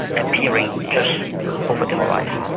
appearing just over the horizon.